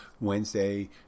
Wednesday